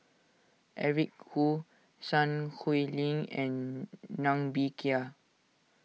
Eric Khoo Sun Hui Ling and Ng Bee Kia